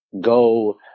go